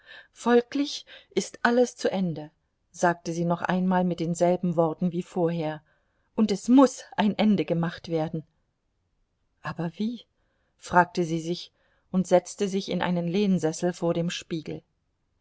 folglich ist alles zu ende sagte sie noch einmal mit denselben worten wie vorher und es muß ein ende gemacht werden aber wie fragte sie sich und setzte sich in einen lehnsessel vor dem spiegel